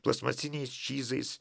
plastmasiniais čyzais